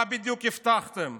מה בדיוק הבטחתם?